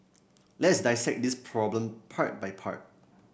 let's dissect this problem part by part